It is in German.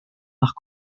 nach